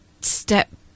Step